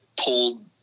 pulled